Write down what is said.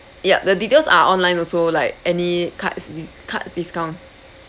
ya the details are online also like any cards cards discount